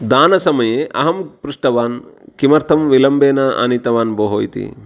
दानसमये अहं पृष्टवान् किमर्थं विलम्बेन आनीतवान् भोः इति